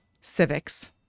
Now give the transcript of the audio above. civics